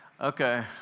Okay